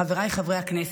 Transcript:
חבריי חברי הכנסת,